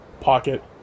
pocket